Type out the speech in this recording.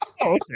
Okay